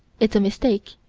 it's a mistake,